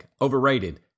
overrated